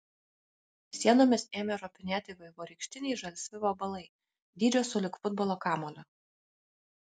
sienomis ėmė ropinėti vaivorykštiniai žalsvi vabalai dydžio sulig futbolo kamuoliu